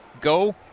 go